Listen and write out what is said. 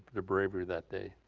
the bravery that day.